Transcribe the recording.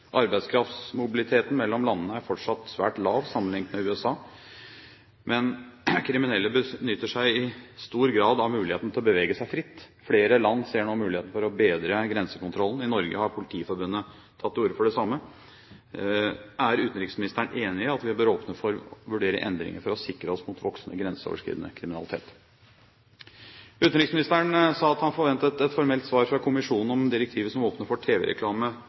Arbeidskraftsmobiliteten mellom landene er fortsatt svært lav sammenlignet med USA, men kriminelle benytter seg i stor grad av muligheten til å bevege seg fritt. Flere land ser nå muligheten for å bedre grensekontrollen. I Norge har Politiforbundet tatt til orde for det samme. Er utenriksministeren enig i at vi bør åpne for å vurdere endringer for å sikre oss mot voksende, grenseoverskridende kriminalitet? Utenriksministeren sa at han forventet et formelt svar fra kommisjonen om direktivet som åpner for